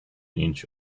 inch